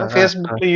Facebook